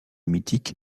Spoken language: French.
mythique